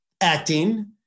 acting